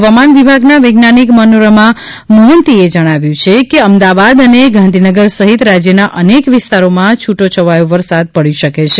હવામાન વિભાગના વૈજ્ઞાનિક મનોરમા મૌહંતીએ જણાવ્યું છે કે અમદાવાદ અને ગાંધીનગર સહિત રાજયના અનેક વિસ્તારોમાં છુટોછવાયો વરસાદ પડી શકે છે